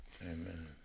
Amen